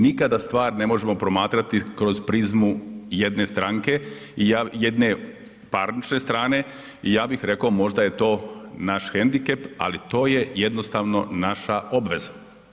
Nikada stvar ne možemo promatrati kroz prizmu jedne stranke, jedne parnične strane i ja bih rekao, možda je to naš hendikep, ali to jednostavno naša obveza.